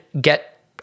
get